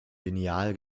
lineal